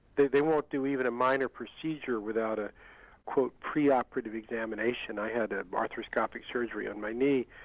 they they won't do even a minor procedure without a pre-operative examination. i had ah arthroscopic surgery on my knee,